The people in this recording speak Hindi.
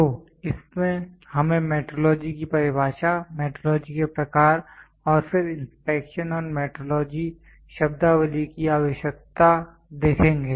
तो इसमें हमें मेट्रोलॉजी की परिभाषा मेट्रोलॉजी के प्रकार और फिर इंस्पेक्शन और मेट्रोलॉजी शब्दावली की आवश्यकता देखेंगे